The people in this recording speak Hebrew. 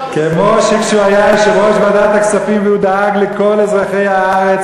שכמו שהוא היה יושב-ראש ועדת הכספים והוא דאג לכל אזרחי הארץ,